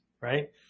right